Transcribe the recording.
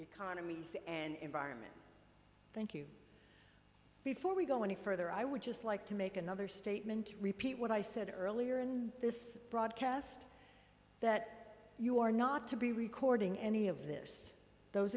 economies and environment thank you before we go any further i would just like to make another statement repeat what i said earlier in this broadcast that you are not to be recording any of this those